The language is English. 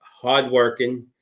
hardworking